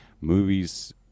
movies